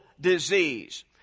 disease